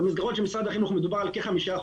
אם במסגרות של משרד החינוך מדובר על כ-5%,